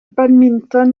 badminton